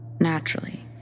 Naturally